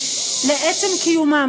לעצם קיומם.